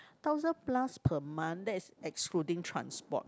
thousand plus per month that is excluding transport